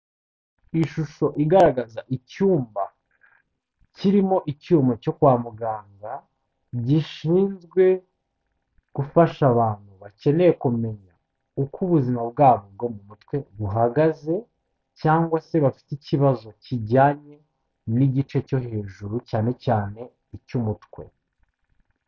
Ishusho igaragaza icyumba kirimo icyuma cyo kwa muganga, gishinzwe gufasha abantu bakeneye kumenya uko ubuzima bwabo bwo mu mutwe buhagaze cyangwa se bafite ikibazo kijyanye n'igice cyo hejuru cyane cyane icy'umutwe.